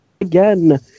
again